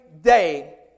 day